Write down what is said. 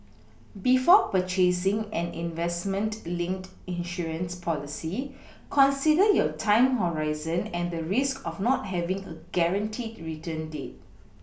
before purchasing an investment linked insurance policy consider your time horizon and the risks of not having a guaranteed return rate